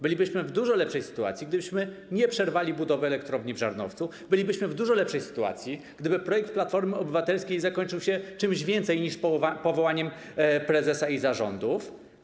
Bylibyśmy w dużo lepszej sytuacji, gdybyśmy nie przerwali budowy elektrowni w Żarnowcu, bylibyśmy w dużo lepszej sytuacji, gdyby projekt Platformy Obywatelskiej zakończył się czymś więcej niż powołaniem prezesa i zarządów.